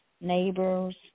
neighbors